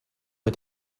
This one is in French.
est